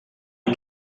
wie